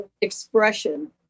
expression